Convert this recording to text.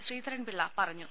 ശ്രീധരൻപിള്ള പറഞ്ഞു